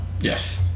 Yes